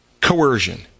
coercion